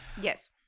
Yes